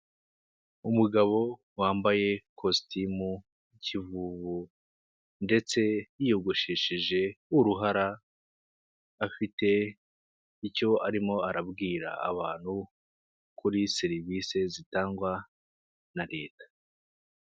Umugabo wambaye ikositimu kivubu ndetse yiyogosheshe uruhara afite icyo arimo arabwira abantu kuri serivisi zitangwa na leta.